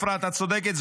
אפרת צודקת,